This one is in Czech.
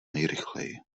nejrychleji